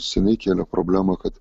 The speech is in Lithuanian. seniai kėlė problemą kad